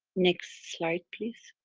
next slide please.